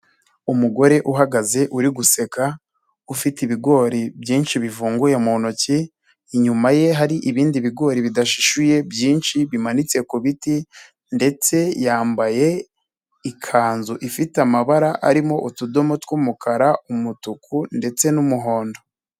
Umugore uhagaze uri guseka ufite ibigori byinshi bivunguye mu ntoki inyuma ye hari ibindi bigori bidashuye byinshi bimanitse ku biti, ndetse yambaye ikanzu ifite amabara arimo utudomo tw'umukara, umutuku ndetse n'umuhondo.